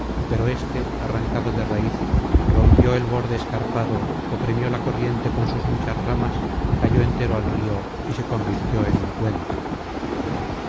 pero éste arrancado de raíz rompió el borde escarpado oprimió la corriente con sus muchas ramas cayó entero al río y se convirtió en un puente